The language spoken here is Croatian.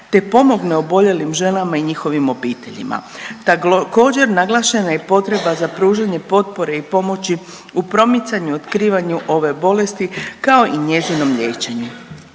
te pomogne oboljelim ženama i njihovim obiteljima. Također naglašena je potreba za pružanje potpore i pomoći u promicanju i otkrivanju ove bolesti, kao i njezinom liječenju.